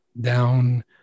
down